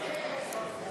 נתקבלה.